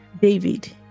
David